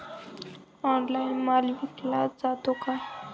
Online माल विकला जातो का?